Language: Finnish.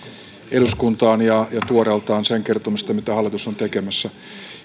eduskuntaan ja ja tuoreeltaan sen kertomisesta mitä hallitus on tekemässä